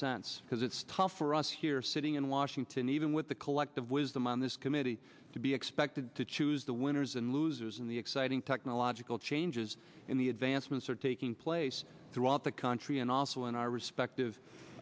sense because it's tough for us here sitting in washington even with the collective wisdom on this committee to be expected to choose the winners and losers in the exciting technological changes in the advancements are taking place throughout the country and also in our